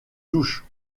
douche